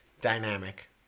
Dynamic